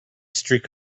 streak